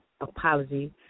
apology